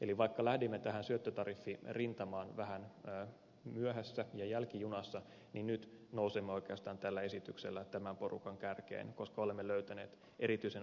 eli vaikka lähdimme tähän syöttötariffirintamaan vähän myöhässä ja jälkijunassa niin nyt nousemme oikeastaan tällä esityksellä tämän porukan kärkeen koska olemme löytäneet erityisen onnistuneen syöttötariffimallin